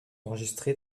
enregistrés